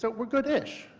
so we're good ish.